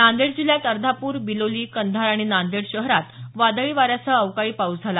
नांदेड जिल्ह्यात अर्धापूर बिलोली कंधार आणि नांदेड शहरात वादळी वाऱ्यासह अवकाळी पाऊस झाला